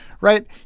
Right